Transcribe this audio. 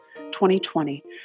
2020